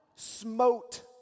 smote